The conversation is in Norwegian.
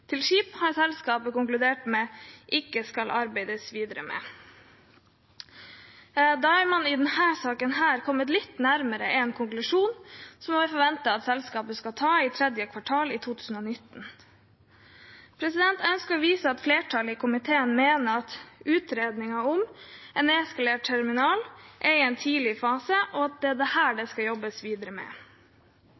til skip. Da er man i denne saken kommet litt nærmere en konklusjon, som det er forventet at selskapene skal ta i tredje kvartal 2019. Jeg ønsker å vise til at flertallet i komiteen mener at utredningen om en nedskalert terminal er i en tidlig fase, og at det er dette det skal jobbes videre med. Ingen av alternativene som er blitt utredet, er blitt ansett å være samfunnsøkonomisk lønnsomme. Her